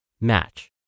match